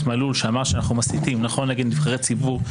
מלול שאמר שאנחנו מסיתים נגד נבחרי ציבור.